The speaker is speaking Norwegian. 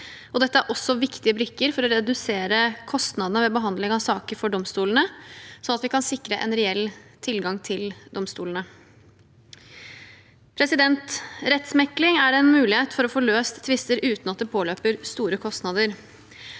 Dette er også viktige brikker for å redusere kostnadene ved behandling av saker for domstolene, slik at vi kan sikre en reell tilgang til domstolene. Rettsmekling er en mulighet for å få løst tvister uten at det påløper store kostnader.